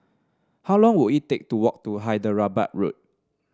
how long will it take to walk to Hyderabad Road